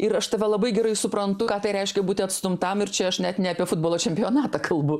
ir aš tave labai gerai suprantu ką tai reiškia būti atstumtam ir čia aš net ne apie futbolo čempionatą kalbu